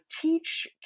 teach